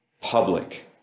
public